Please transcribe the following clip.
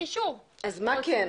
-- אז מה כן?